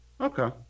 Okay